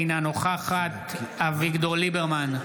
אינה נוכחת אביגדור ליברמן,